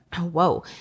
Whoa